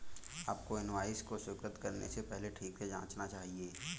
आपको इनवॉइस को स्वीकृत करने से पहले ठीक से जांचना चाहिए